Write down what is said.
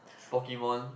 Pokemon